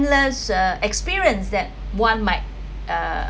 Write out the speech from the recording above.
uh experience that one might uh